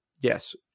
yes